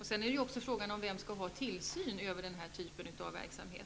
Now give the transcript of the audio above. Frågan är också vem som skall utöva tillsyn över sådan här verksamhet.